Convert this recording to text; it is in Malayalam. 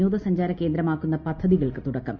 വിനോദ സഞ്ചാര കേന്ദ്രമാക്കുന്ന പദ്ധതികൾക്ക് തുടക്കം